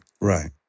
Right